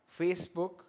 facebook